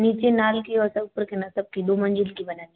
नीचे नाल की और सब ऊपर के ना दो मंज़िल की बनानी है